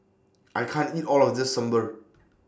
I can't eat All of This Sambar